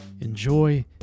Enjoy